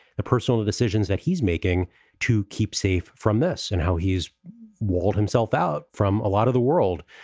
the personal decisions that he's making to keep safe from this and how he's walled himself out from a lot of the world.